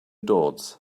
dots